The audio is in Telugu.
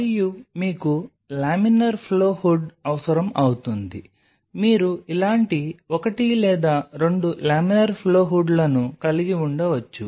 మరియు మీకు లామినార్ ఫ్లో హుడ్ అవసరం అవుతుంది మీరు ఇలాంటి ఒకటి లేదా రెండు లామినార్ ఫ్లో హుడ్లను కలిగి ఉండవచ్చు